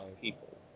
people